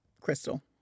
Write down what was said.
Crystal